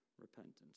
repentance